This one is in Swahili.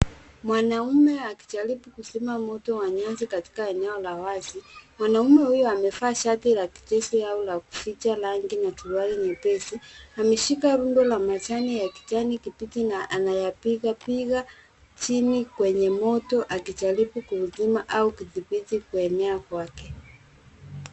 Mwanaume akijaribu kuzima moto wa nyasi katika eneo la wazi. Mwanaume huyo amevaa shati la kijeshi au la kuficha rangi na suruali nyepesi. Ameshika rundo la majani ya kijani kibichi na anayapigapiga chini kwenye moto akijaribu kuuzima au kudhibiti kuenea kwake.